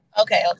Okay